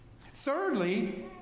Thirdly